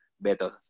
better